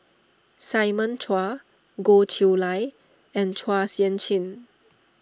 Simon Chua Goh Chiew Lye and Chua Sian Chin